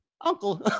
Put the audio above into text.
Uncle